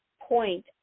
point